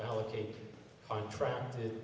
allocated contracted